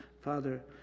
father